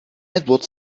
edward